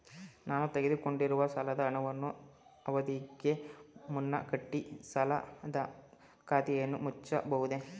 ನಾನು ತೆಗೆದುಕೊಂಡಿರುವ ಸಾಲದ ಹಣವನ್ನು ಅವಧಿಗೆ ಮುನ್ನ ಕಟ್ಟಿ ಸಾಲದ ಖಾತೆಯನ್ನು ಮುಚ್ಚಬಹುದೇ?